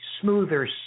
smoother